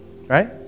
Right